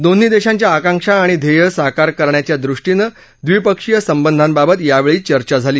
दोन्ही देशांच्या आकांक्षा आणि ध्येयं साकार करण्याच्या दृष्टीनं द्विपक्षीय संबंधांबाबत यावेळी चर्चा झाली